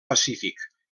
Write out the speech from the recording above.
pacífic